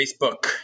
Facebook